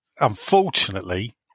Unfortunately